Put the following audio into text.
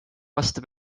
aasta